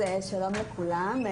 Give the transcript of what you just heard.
שלום לכולם.